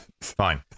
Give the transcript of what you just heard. Fine